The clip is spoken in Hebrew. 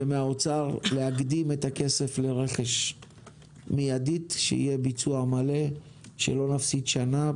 ומהאוצר להקדים את הכסף לרכש מידית כדי שיהיה ביצוע מלא שלא נפסיד שנה,